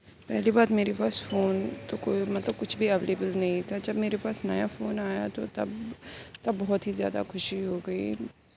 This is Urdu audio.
پہلی بات میرے پاس فون تو کوئی مطلب کچھ بھی اویلیبل نہیں تھا جب میرے پاس نیا فون آیا تو تب تب بہت ہی زیادہ خوشی ہو گئی